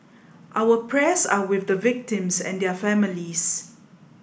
our prayers are with the victims and their families